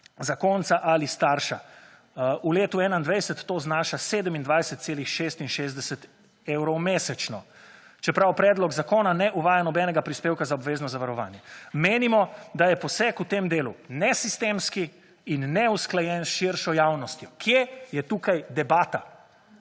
zakonca ali starša. V letu 2021 to znaša 27,66 evrov mesečno. Čeprav predlog zakona ne uvaja nobenega prispevka za obvezno zavarovanje, menimo, da je poseg v tem delu nesistemski in neusklajen s širšo javnostjo.« Kje je tukaj debata?